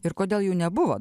ir kodėl jų nebuvo